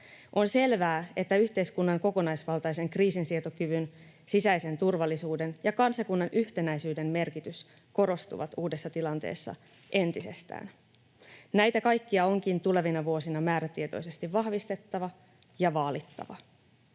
On selvää, että yhteiskunnan kokonaisvaltaisen kriisinsietokyvyn, sisäisen turvallisuuden ja kansakunnan yhtenäisyyden merkitys korostuvat uudessa tilanteessa entisestään. Näitä kaikkia onkin tulevina vuosina määrätietoisesti vahvistettava ja vaalittava.